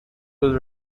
was